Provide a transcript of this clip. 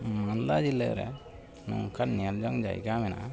ᱢᱟᱞᱫᱟ ᱡᱮᱞᱟᱨᱮ ᱱᱚᱝᱠᱟᱱ ᱧᱮᱞᱡᱚᱝ ᱡᱟᱭᱜᱟ ᱢᱮᱱᱟᱜᱼᱟ